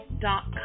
dot